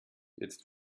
jetzt